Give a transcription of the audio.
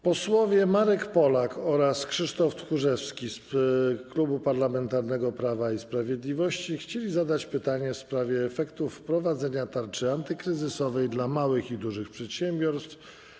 Posłowie Marek Polak oraz Krzysztof Tchórzewski z Klubu Parlamentarnego Prawo i Sprawiedliwość chcieli zadać pytanie w sprawie efektów wprowadzenia tarczy antykryzysowej dla małych i dużych przedsiębiorstw.